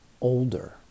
older